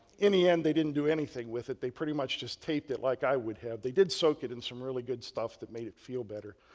in the end they didn't do anything with it. they pretty much just taped it like i would have. they did soak it in some really good stuff that made it feel better.